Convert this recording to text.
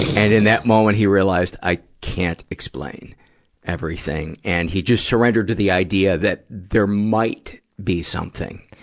and in that moment, he realized, i can't explain everything. and he just surrendered to the idea that there might be something.